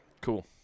Cool